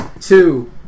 Two